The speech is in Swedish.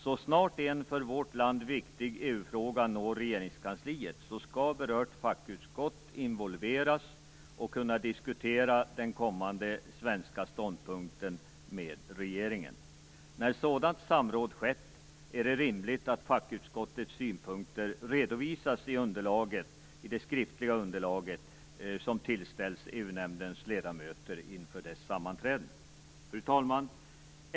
Så snart en för vårt land viktig EU-fråga når Regeringskansliet skall berört fackutskott involveras och kunna diskutera den kommande svenska ståndpunkten med regeringen. När sådant samråd skett är det rimligt att fackutskottets synpunkter redovisas i det skriftliga underlaget som tillställs EU-nämndens ledamöter inför nämndens sammanträden. Fru talman!